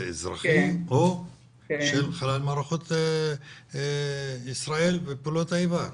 אזרחי או של חלל מערכות ישראל ופעולות האיבה.